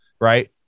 right